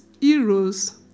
heroes